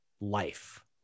life